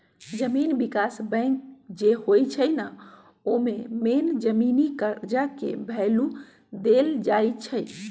जमीन विकास बैंक जे होई छई न ओमे मेन जमीनी कर्जा के भैलु देल जाई छई